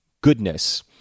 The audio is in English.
goodness